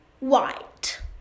white